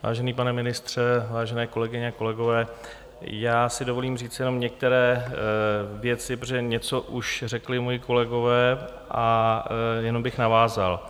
Vážený pane ministře, vážené kolegyně a kolegové, já si dovolím říci jenom některé věci, protože něco už řekli moji kolegové a jenom bych navázal.